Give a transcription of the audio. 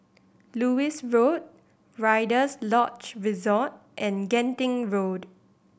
Lewis Road Rider's Lodge Resort and Genting Road